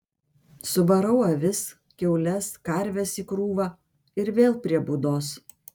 suvarau avis kiaules karves į krūvą ir vėl prie būdos